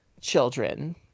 children